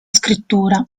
scrittura